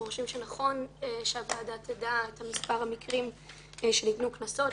אנחנו חושבים שנכון שהוועדה תדע את מספר המקרים שניתנו קנסות,